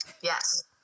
yes